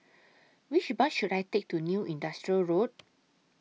Which Bus should I Take to New Industrial Road